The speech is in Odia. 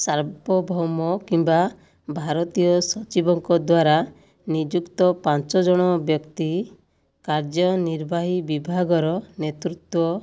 ସାର୍ବଭୌମ କିମ୍ବା ଭାରତୀୟ ସଚିବଙ୍କ ଦ୍ୱାରା ନିଯୁକ୍ତ ପାଞ୍ଚ ଜଣ ବ୍ୟକ୍ତି କାର୍ଯ୍ୟନିର୍ବାହୀ ବିଭାଗର ନେତୃତ୍ୱ